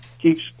keeps